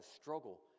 struggle